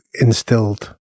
instilled